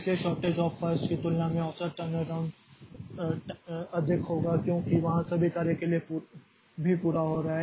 इसलिए shortest job first की तुलना में औसत टर्नअराउंड टाइम अधिक होगा क्योंकि वहाँ सभी कार्य के लिए भी पूरा हो रहा है